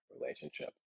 relationship